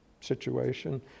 situation